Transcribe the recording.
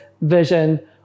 vision